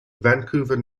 vancouver